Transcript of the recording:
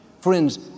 Friends